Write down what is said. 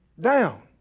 down